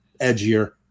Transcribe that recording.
edgier